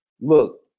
look